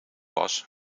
was